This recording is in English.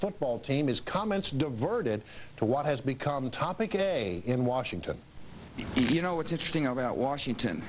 football team his comments diverted to what has become topic a in washington d c you know what's interesting about washington